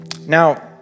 Now